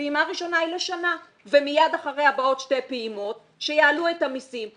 פעימה ראשונה היא לשנה ומיד אחריה באות שתי פעימות שיעלו את המסים.